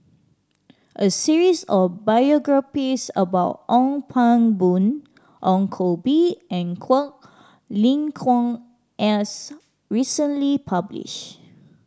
a series of biographies about Ong Pang Boon Ong Koh Bee and Quek Ling Kiong as recently publish